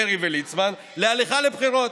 דרעי וליצמן להליכה לבחירות.